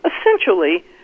essentially